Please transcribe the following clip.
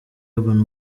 urban